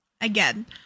Again